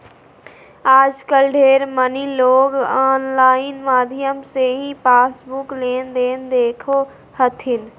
आजकल ढेर मनी लोग आनलाइन माध्यम से ही पासबुक लेनदेन देखो हथिन